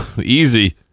Easy